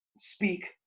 speak